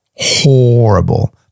Horrible